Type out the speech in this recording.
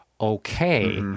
okay